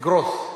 לגרוס.